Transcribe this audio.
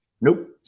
Nope